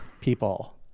people